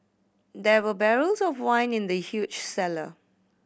there were barrels of wine in the huge cellar